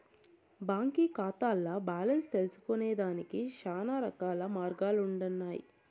బాంకీ కాతాల్ల బాలెన్స్ తెల్సుకొనేదానికి శానారకాల మార్గాలుండన్నాయి